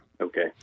Okay